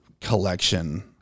collection